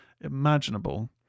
imaginable